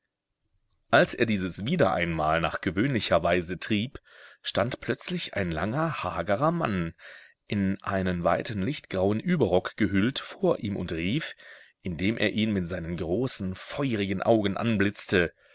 als er dieses wieder einmal nach gewöhnlicher weise trieb stand plötzlich ein langer hagerer mann in einen weiten lichtgrauen überrock gehüllt vor ihm und rief indem er ihn mit seinen großen feurigen augen anblitzte